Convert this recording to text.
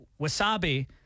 wasabi